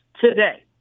today